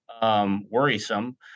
Worrisome